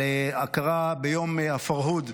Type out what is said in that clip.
על ההכרה ביום הפרהוד,